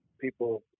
people